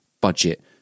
budget